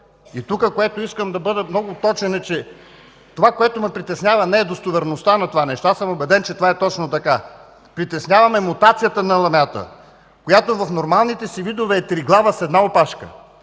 Тук искам да бъда много точен и то е, че това, което ме притеснява, не е достоверността на това нещо. Аз съм убеден, че това е точно това. Притеснява ме мутацията на ламята, която в нормалните си видове е триглава с една опашка.